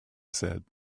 said